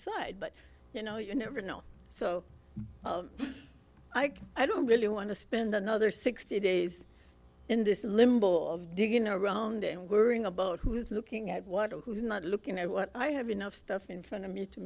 side but you know you never know so i guess i don't really want to spend another sixty days in this limbo of digging around and worrying about who's looking at what and who's not looking at what i have enough stuff in front of me to